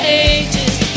ages